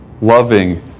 loving